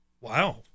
Wow